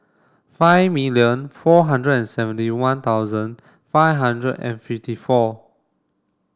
five million four hundred and seventy one thousand five hundred and fifty four